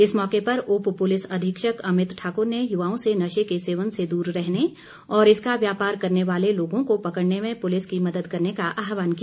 इस मौके पर उप पुलिस अधीक्षक अभित ठाकुर ने युवाओं से नशे के सेवन से दूर रहने और इसका व्यापार करने वाले लोगों को पकड़ने में पूलिस की मदद करने का आहवान किया